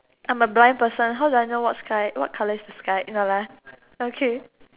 I am a blind person how do I know what sky what colour is the sky eh no lah okay